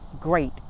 great